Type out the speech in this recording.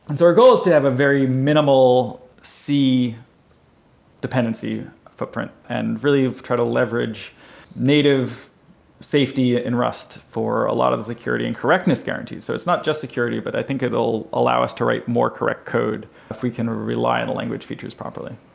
and so our goal is to have a very minimal c dependency footprint and really tried leverage native safety in rust for a lot of security and correctness guarantees. so it's not just security, but i think it will allow us to write more correct code if we can rely on the language features properly.